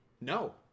No